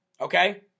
okay